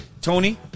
Tony